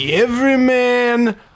Everyman